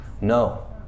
No